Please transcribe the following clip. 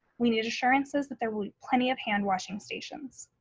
we need assurances that there will be plenty of hand washing stations.